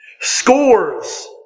Scores